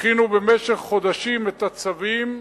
הכינו במשך חודשים את הצווים,